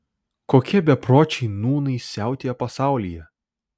kokie bepročiai nūnai siautėja pasaulyje